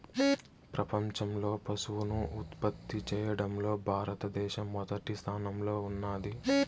ప్రపంచంలో పసుపును ఉత్పత్తి చేయడంలో భారత దేశం మొదటి స్థానంలో ఉన్నాది